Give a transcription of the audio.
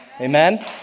Amen